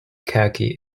khaki